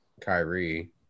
Kyrie